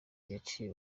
yaciye